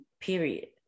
period